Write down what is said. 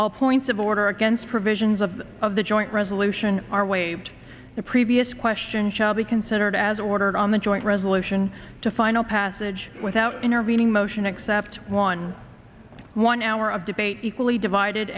all points of order against provisions of of the joint resolution are waived the previous question shall be considered as ordered on the joint resolution to final passage without intervening motion except one one hour of debate equally divided